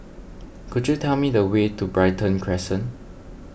could you tell me the way to Brighton Crescent